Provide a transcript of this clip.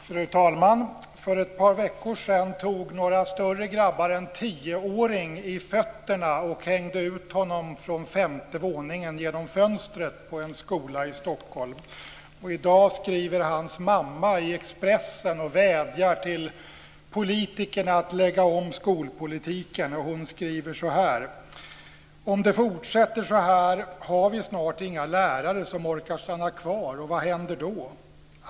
Fru talman! För ett par veckor sedan tog några större grabbar en 10-åring i fötterna och hängde ut honom från femte våningen genom fönstret på en skola i Stockholm. I dag skriver hans mamma i Expressen och vädjar till politikerna att lägga om skolpolitiken. Hon skriver så här: "Om det får fortsätta så här har vi snart inga lärare som orkar stanna kvar och vad händer då?